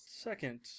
second